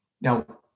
Now